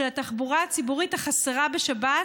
של התחבורה הציבורית החסרה בשבת,